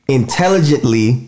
intelligently